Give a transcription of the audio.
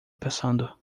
passando